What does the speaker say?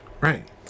right